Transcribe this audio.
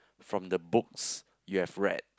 from the books you have read